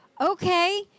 okay